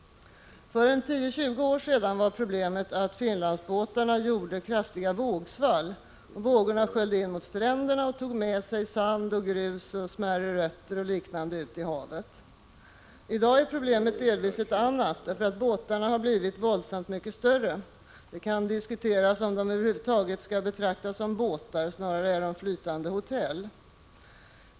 För 10-20 år sedan var problemet att Finlandsbåtarna gjorde kraftiga vågsvall. Vågorna sköljde in mot stränderna och tog med sig sand, grus, smärre rötter och liknande ut i havet. I dag är problemet delvis ett annat, därför att båtarna har blivit oerhört mycket större. Det kan diskuteras om de över huvud taget skall betraktas som båtar — snarare är de flytande hotell.